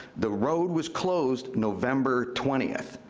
the road was closed november twentieth,